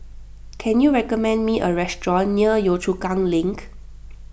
can you recommend me a restaurant near Yio Chu Kang Link